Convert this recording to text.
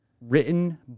written